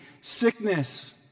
Sickness